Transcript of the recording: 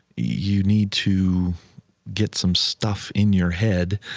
you need to get some stuff in your head,